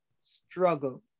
struggle